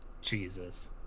jesus